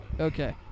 Okay